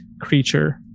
creature